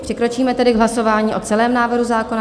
Přikročíme tedy k hlasování o celém návrhu zákona.